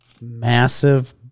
massive